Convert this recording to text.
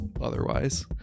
otherwise